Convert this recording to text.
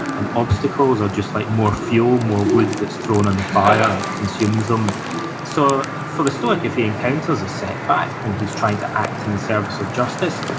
and obstacles are just like more fuel, more wood that's thrown in the fire, and it consumes them so, for the stoic, if he encounters a setback when he's trying to act in the service of justice,